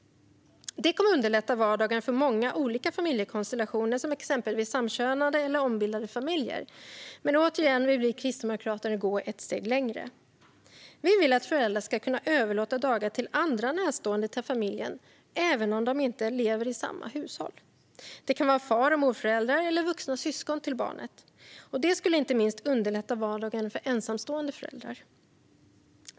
Det kommer att underlätta vardagen för många olika familjekonstellationer, exempelvis samkönade eller ombildade familjer. Vi kristdemokrater vill dock, återigen, gå ett steg längre. Vi vill att föräldrar ska kunna överlåta dagar till andra närstående till familjen även om de inte lever i samma hushåll. Det kan vara far och morföräldrar eller vuxna syskon till barnet. Det skulle underlätta vardagen, inte minst för ensamstående föräldrar.